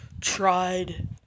tried